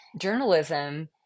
Journalism